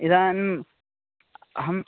इदानीम् अहम्